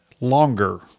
longer